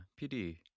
PD